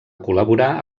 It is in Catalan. col·laborar